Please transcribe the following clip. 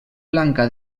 blanca